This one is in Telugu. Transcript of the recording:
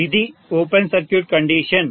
ఇది ఓపెన్ సర్క్యూట్ కండిషన్